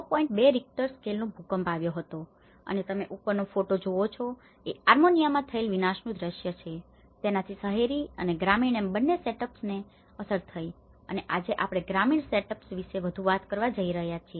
2 Richter સ્કેલનો એક મોટો ભૂકંપ આવ્યો હતો અને તમે ઉપરનો ફોટો જોવો છો એ આર્મેનિયામાં થયેલા વિનાશનું દ્રશ્ય છે તેનાથી શહેરી અને ગ્રામીણ એમ બંને સેટઅપ્સને setups સુયોજન અસર થઈ છે અને આજે આપણે ગ્રામીણ સેટઅપ્સ setups સુયોજન વિશે વધુ વાત કરવા જઈ રહ્યા છીએ